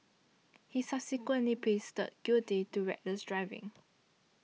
he subsequently please the guilty to reckless driving